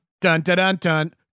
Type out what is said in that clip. dun-dun-dun-dun